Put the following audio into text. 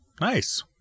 nice